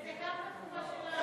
גם בתקופה שלנו.